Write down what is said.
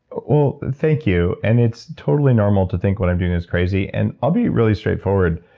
well, thank you. and it's totally normal to think what i'm doing is crazy. and i'll be really straightforward.